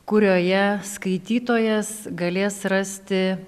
kurioje skaitytojas galės rasti